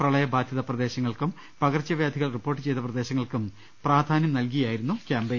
പ്രളയബാധിത പ്രദേശ ങ്ങൾക്കും പകർച്ചവ്യാധികൾ റിപ്പോർട്ട് ചെയ്ത പ്രദേശങ്ങൾക്കും പ്രാധാന്യം നൽകിയായിരുന്നു ക്യാമ്പെയിൻ